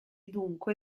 dunque